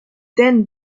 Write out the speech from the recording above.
den